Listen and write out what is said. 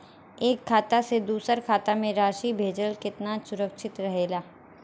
एक खाता से दूसर खाता में राशि भेजल केतना सुरक्षित रहेला?